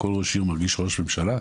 כל ראש עיר מרגיש ראש ממשלה,